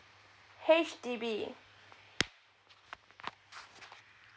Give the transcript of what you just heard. H_D_B